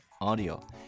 audio